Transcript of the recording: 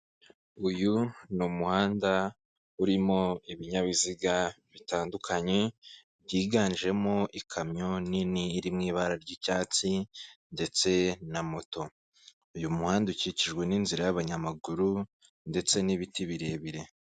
Uyu ni umuhanda urimo ibinyabiziga bitandukanye, byiganjemo ikamyo nini iri mu ibara ry'icyatsi ndetse na moto. Uyu muhanda ukikijwe n'inzira y'abanyamaguru ndetse n'ibiti birebire.